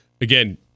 Again